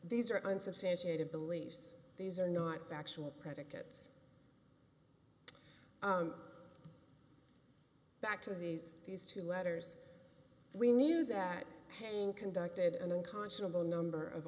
these are unsubstantiated beliefs these are not factual predicates back to these these two letters we knew that hanging conducted an unconscionable number of